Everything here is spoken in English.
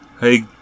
Hey